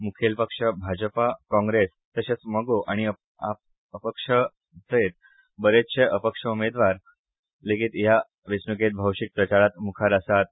मुखेल पक्ष भाजपा काँग्रेस तशेच मगो आनी आप पक्षां सयत बरेचशे अपक्ष उमेदवार लेगित ह्या वेचणूकेत भौशिक प्रचारात मुखार आसात